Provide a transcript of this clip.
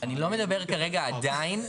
אני לא מדבר כרגע עדיין.